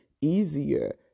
easier